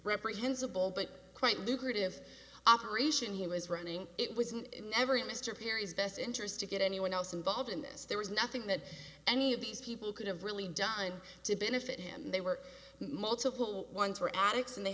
reprehensible but quite lucrative operation he was running it was never in mr perry's best interest to get anyone else involved in this there was nothing that any of these people could have really done to benefit him they were multiple ones were addicts and they